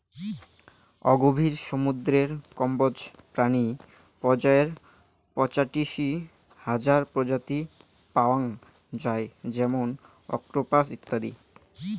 অগভীর সমুদ্রের কম্বোজ প্রাণী পর্যায়ে পঁচাশি হাজার প্রজাতি পাওয়াং যাই যেমন অক্টোপাস ইত্যাদি